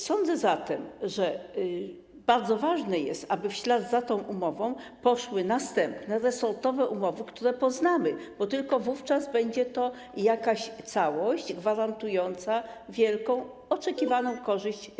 Sądzę zatem, że bardzo ważne jest, aby w ślad za ta umową poszły następne resortowe umowy, które poznamy, bo tylko wówczas będzie to jakaś całość gwarantująca Polsce wielką, oczekiwaną korzyść.